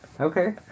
Okay